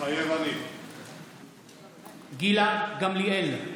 מתחייב אני גילה גמליאל,